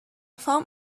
found